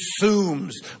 consumes